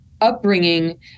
upbringing